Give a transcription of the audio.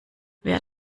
wer